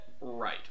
Right